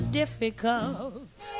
difficult